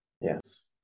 Yes